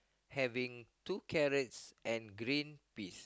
having two carrots and green peas